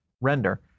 Render